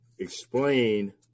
Explain